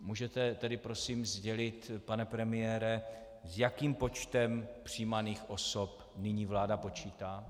Můžete tedy prosím sdělit, pane premiére, s jakým počtem přijímaných osob nyní vláda počítá?